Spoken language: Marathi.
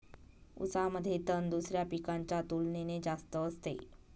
ऊसामध्ये तण दुसऱ्या पिकांच्या तुलनेने जास्त असते